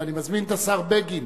ואני מזמין את השר בגין